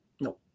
No